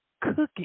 cooking